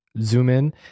zoom-in